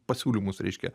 pasiūlymus reiškia